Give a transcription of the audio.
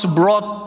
brought